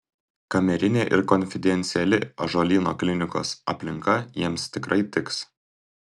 kamerinė ir konfidenciali ąžuolyno klinikos aplinka jiems tikrai tiks